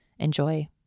enjoy